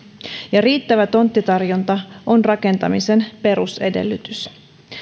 ja riittävä tonttitarjonta on rakentamisen perusedellytys